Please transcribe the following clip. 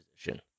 position